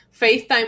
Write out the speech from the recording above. facetime